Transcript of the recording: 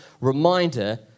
reminder